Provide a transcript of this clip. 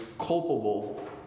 culpable